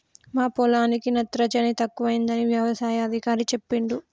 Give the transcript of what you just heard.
మా పొలానికి నత్రజని తక్కువైందని యవసాయ అధికారి చెప్పిండు